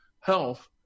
health